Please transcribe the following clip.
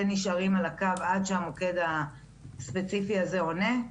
ונשארים על הקו עד שהמוקד הספציפי הזה עונה.